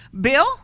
Bill